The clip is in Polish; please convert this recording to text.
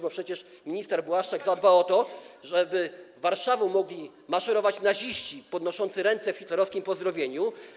bo przecież minister Błaszczak zadba o to, by przez Warszawę mogli maszerować naziści podnoszący ręce w hitlerowskim pozdrowieniu.